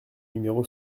numéro